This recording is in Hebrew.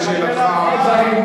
לשאלתך,